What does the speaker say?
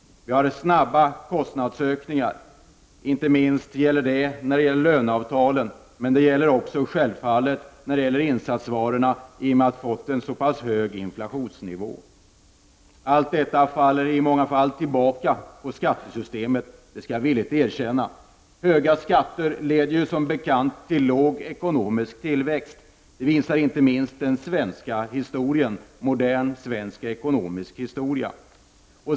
Vi har snabba kostnadsökningar, inte minst när det gäller löne avtalen, men det gäller också självfallet insatsvarorna i och med att vi har fått en så pass hög inflationsnivå. Allt detta faller i många fall tillbaka på skattesystemet — det skall jag villigt erkänna. Höga skatter leder som bekant till låg ekonomisk tillväxt. Det visar inte minst modern svensk ekonomisk historia.